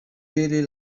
really